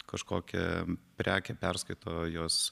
kažkokią prekę perskaito jos